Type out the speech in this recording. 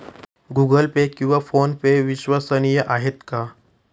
Google Pay किंवा PhonePe विश्वसनीय आहेत का?